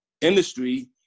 industry